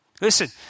Listen